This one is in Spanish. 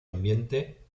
ambiente